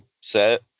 set